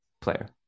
player